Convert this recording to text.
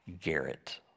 Garrett